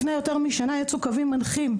לפני יותר משנה יצאו קווים מנחים,